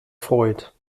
freut